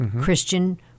Christian